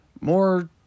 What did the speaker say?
more